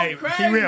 crazy